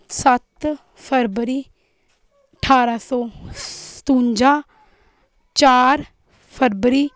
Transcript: सत्त फरबरी ठारां सौ सत्तुन्जा चार फरबरी